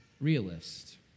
realist